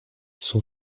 son